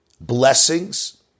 blessings